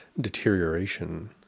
deterioration